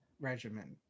regimen